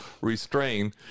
restrain